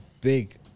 Big